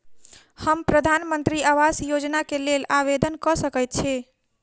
हम प्रधानमंत्री आवास योजना केँ लेल आवेदन कऽ सकैत छी?